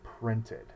printed